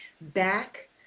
back